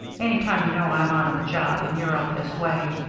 any time you know i'm out on the job and you're up this way,